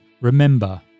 remember